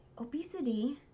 Obesity